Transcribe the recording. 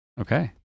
Okay